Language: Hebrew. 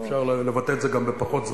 אפשר לבטא את זה גם בפחות זמן.